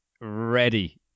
ready